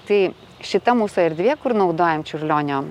tai šita mūsų erdvė kur naudojam čiurlionio